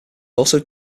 also